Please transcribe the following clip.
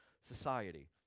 society